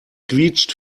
quietscht